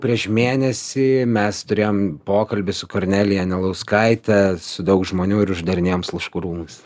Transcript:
prieš mėnesį mes turėjom pokalbį su kornelija anelauskaite su daug žmonių ir uždarinėjom sluškų rūmus